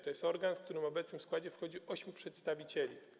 To jest organ, w którego obecny skład wchodzi ośmiu przedstawicieli.